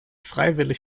freiwillig